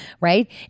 right